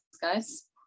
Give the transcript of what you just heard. guys